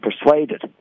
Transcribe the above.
persuaded